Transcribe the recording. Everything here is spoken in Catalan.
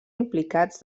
implicats